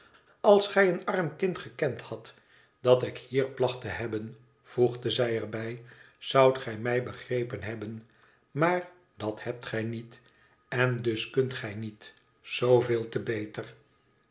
als gij een arm kind gekend hadt dat ik hier placht te hebben voegde zij er bij zoudt gij mij begrepen hebben maar dat hebt gij niet en dus kunt gij niet zooveel te beter